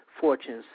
fortunes